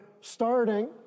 starting